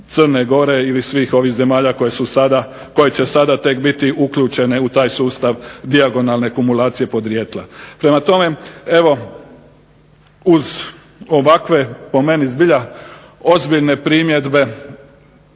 Crne gore ili svih ovih zemalja koje će tek sada biti uključene u ovaj sustav dijagonalne kumulacije podrijetla. Prema tome, uz ovakve po meni zbilja ozbiljne primjedbe